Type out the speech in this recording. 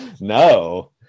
No